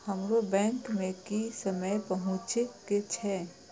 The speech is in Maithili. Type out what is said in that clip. हमरो बैंक में की समय पहुँचे के छै?